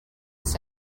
say